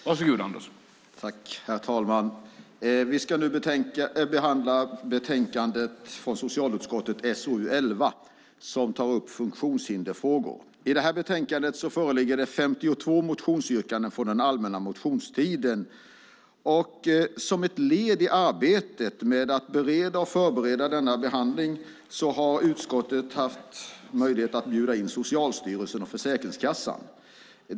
Herr talman! Vi ska nu debattera socialutskottets betänkande 11 om funktionshindersfrågor. I detta betänkande föreligger 52 motionsyrkanden från den allmänna motionstiden. Som ett led i arbetet med att bereda och förbereda detta ärende har utskottet haft möjlighet att bjuda in Socialstyrelsen och Försäkringskassan.